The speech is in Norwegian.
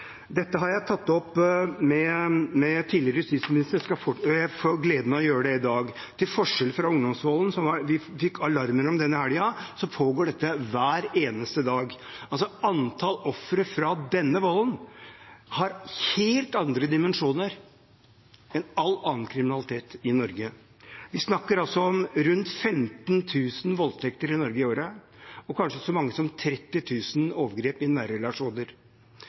Dette har jeg tatt opp med tidligere justisministre, og jeg har gleden av å gjøre det i dag. Til forskjell fra ungdomsvolden, som det gikk alarm om denne helgen, pågår dette hver eneste dag. Antall ofre for denne volden har helt andre dimensjoner enn all annen kriminalitet i Norge. Vi snakker om rundt 15 000 voldtekter i året i Norge, og kanskje så mange som 30 000 overgrep i